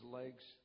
legs